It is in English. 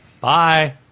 Bye